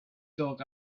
talk